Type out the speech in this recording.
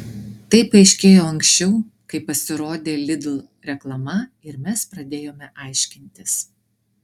tai paaiškėjo anksčiau kai pasirodė lidl reklama ir mes pradėjome aiškintis